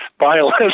violence